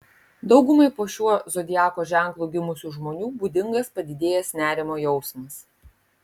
daugumai po šiuo zodiako ženklu gimusių žmonių būdingas padidėjęs nerimo jausmas